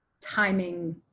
timing